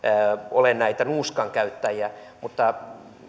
ole näitä nuuskan käyttäjiä